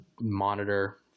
monitor